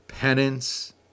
Penance